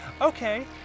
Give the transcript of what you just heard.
Okay